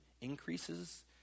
increases